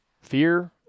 fear